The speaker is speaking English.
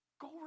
go